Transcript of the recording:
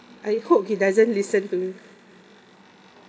I hope he doesn't listen to me